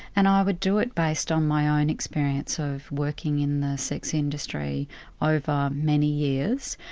and i would do it based on my own experience of working in the sex industry over many years.